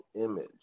image